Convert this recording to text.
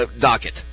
docket